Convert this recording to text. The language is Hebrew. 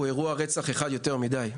הוא אירוע אחד יותר מידי.